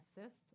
assist